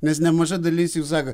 nes nemaža dalis jų sako